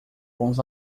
bons